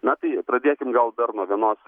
na tai pradėsim gal dar nuo vienos